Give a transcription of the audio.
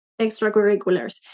extracurriculars